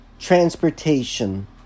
transportation